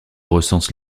recense